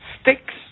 Sticks